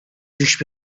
دوش